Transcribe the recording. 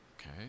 okay